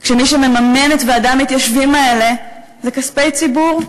כשמי שמממן את ועדי המתיישבים האלה זה כספי ציבור?